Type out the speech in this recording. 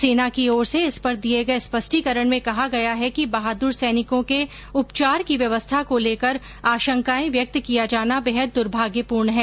सेना की ओर से इस पर दिए गए स्पष्टीकरण में कहा गया है कि बहादुर सैनिकों के उपचार की व्यवस्था को लेकर आशंकाएं व्यक्त किया जाना बेहद दुर्भाग्यपूर्ण है